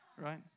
Right